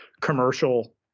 commercial